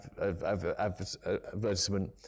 advertisement